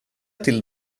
till